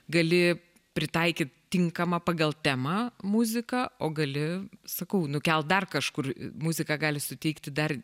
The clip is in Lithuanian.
gali pritaikyt tinkamą pagal temą muziką o gali sakau nukelt dar kažkur muzika gali suteikti dar